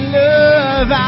love